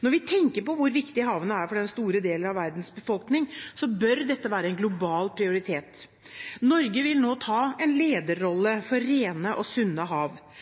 Når vi tenker på hvor viktig havene er for store deler av verdens befolkning, bør dette være en global prioritet. Norge vil nå ta en lederrolle